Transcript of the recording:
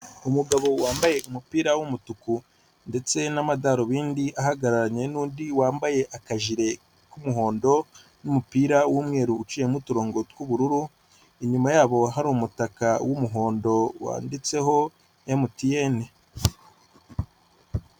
Umugabo wambaye umupira w'umutuku ndetse n'amadarubindi ahagararanye n'undi wambaye akajire k'umuhondo n'umupira w'umweru uciyemo uturongo tw'ubururu inyuma yabo hari umutaka w'umuhondo wanditseho emutiyene.